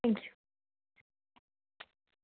thank you